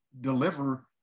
deliver